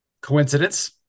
coincidence